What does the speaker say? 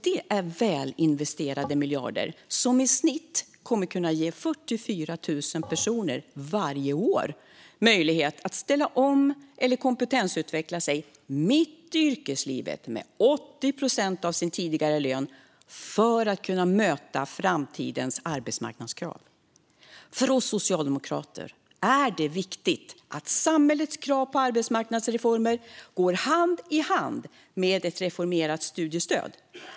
Det är väl investerade miljarder som kommer att kunna ge i snitt 44 000 personer varje år möjlighet att ställa om eller kompetensutveckla sig mitt i yrkeslivet med 80 procent av sin tidigare lön för att kunna möta framtidens arbetsmarknadskrav. För oss socialdemokrater är det viktigt att samhällets krav på arbetsmarknadsreformer går hand i hand med ett reformerat studiestöd.